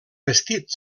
vestit